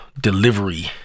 Delivery